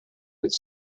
with